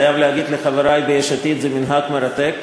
חייב להגיד לחברי ביש עתיד: זה מנהג מרתק,